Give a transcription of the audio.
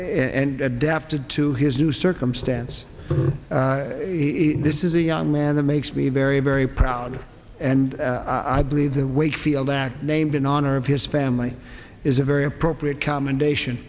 and adapted to his new circumstance this is a young man that makes me very very proud and i believe the wakefield act named in honor of his family is a very appropriate commendation